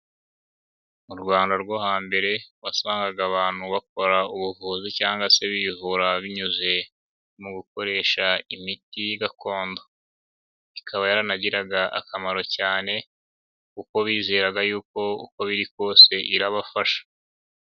Mu rwanda rwo hambere wasangaga abantu bakora ubuvuzi cyangwa se bihura binyuze mu gukoresha imiti gakondo. Ikaba yaranagiraga akamaro cyane kuko bizeraga y'uko uko biri kose irabafasha.